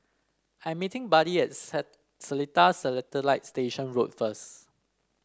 I'm meeting Buddy at Seletar Satellite Station Road first